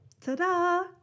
ta-da